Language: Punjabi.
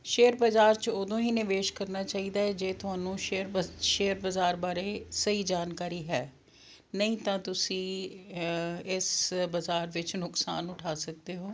ਸ਼ੇਅਰ ਬਜ਼ਾਰ 'ਚ ਉਦੋਂ ਹੀ ਨਿਵੇਸ਼ ਕਰਨਾ ਚਾਹੀਦਾ ਹੈ ਜੇ ਤੁਹਾਨੂੰ ਸ਼ੇਅਰ ਬ ਸ਼ੇਅਰ ਬਜ਼ਾਰ ਬਾਰੇ ਸਹੀ ਜਾਣਕਾਰੀ ਹੈ ਨਹੀਂ ਤਾਂ ਤੁਸੀਂ ਇਸ ਬਜ਼ਾਰ ਵਿੱਚ ਨੁਕਸਾਨ ਉਠਾ ਸਕਦੇ ਹੋ